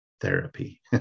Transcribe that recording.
therapy